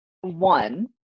one